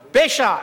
פשע,